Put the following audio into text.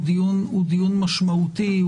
דיון משמעותי,